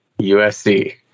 USC